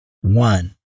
one